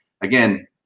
again